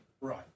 Right